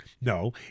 No